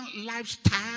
lifestyle